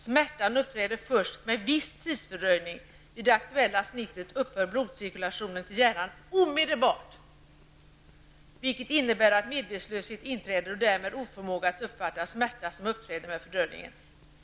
Smärtan uppträder först med viss stor tidsfördröjning. Vid det aktuella snittet upphör blodcirkulationen till hjärnan omedelbart vilket innebär att medvetslöshet inträder och därmed oförmåga att uppfatta en smärta som uppträder med fördröjning.